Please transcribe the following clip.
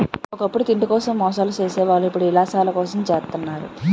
ఒకప్పుడు తిండి కోసం మోసాలు సేసే వాళ్ళు ఇప్పుడు యిలాసాల కోసం జెత్తన్నారు